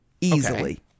Easily